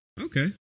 Okay